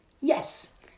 Yes